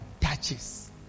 touches